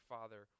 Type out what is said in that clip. Father